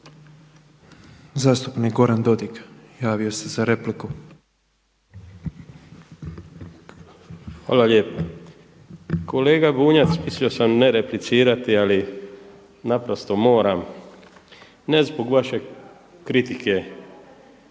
Zastupnik Goran Dodig javio se za repliku. **Dodig, Goran (HDS)** Hvala lijepa. Kolega Bunjac, mislio sam ne replicirati ali naprosto moram ne zbog vaše kritike